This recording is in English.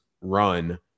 run